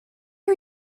are